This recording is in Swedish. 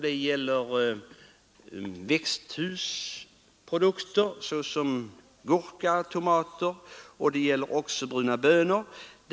Det gäller här växthusprodukter, såsom gurka och tomater, och det gäller också bruna bönor.